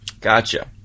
Gotcha